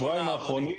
האחרונה.